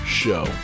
show